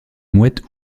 mouettes